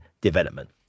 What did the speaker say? development